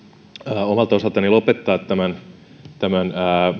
omalta osaltani lopettaa tämän tämän